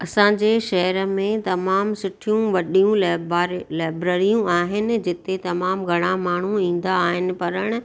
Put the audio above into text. असांजे शहर में तमामु सुठियूं वॾियूं लइबा लैबररियूं आहिनि जिते तमामु घणा माण्हू ईंदा आहिनि पढ़णु